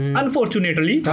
unfortunately